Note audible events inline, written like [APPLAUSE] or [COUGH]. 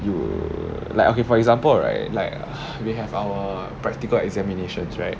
you like okay for example right like [BREATH] we have our practical examinations right